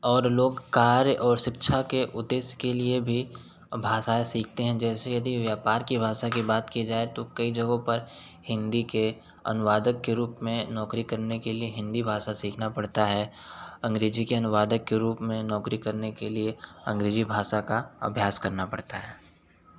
और लोक कार्य और शिक्षा के उद्देश्य के लिए भी भाषाएं सीखते हैं जैसे यदि व्यापार के भाषा कि बात की जाए तो कई जगहों पर हिन्दी के अनुवादक के रूप में नौकरी करने के लिए हिन्दी भाषा सीखाना पड़ता है अंग्रेजी के अनुवादक के रूप में नौकरी करने के लिए अंग्रेजी भाषा का अभ्यास करना पड़ता है